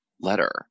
letter